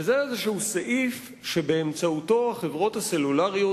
וזה איזה סעיף שבאמצעותו החברות הסלולריות